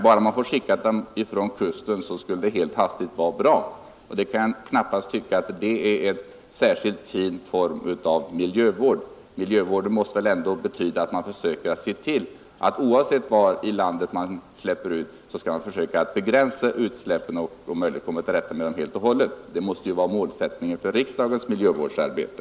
Bara man får skicka oljan från kusten skulle det helt hastigt vara bra, Jag kan knappast tycka att det är en särskilt fin form av miljövård. Miljövård måste väl ändå betyda att man försöker begränsa utsläppen var de än i landet släpps ut och om möjligt komma till rätta med problemen helt och hållet. Det måste vara målsättningen för riksdagens miljövårdsarbete.